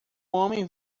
homem